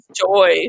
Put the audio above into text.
joy